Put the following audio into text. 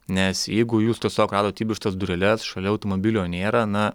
nes jeigu jūs tiesiog radot įbrėžtas dureles šalia automobilio nėra na